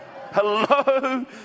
hello